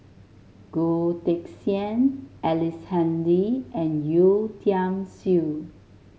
Goh Teck Sian Ellice Handy and Yeo Tiam Siew